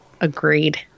Agreed